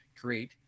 create